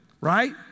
right